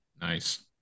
Nice